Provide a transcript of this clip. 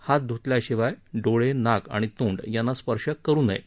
हात ध्तल्याशिवाय डोळे नाक आणि तोंड यांना स्पर्श करु नये